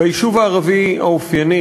ביישוב הערבי האופייני,